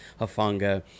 Hafanga